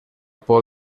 pol